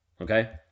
okay